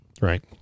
Right